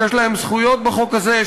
שיש להם זכויות בחוק הזה,